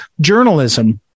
journalism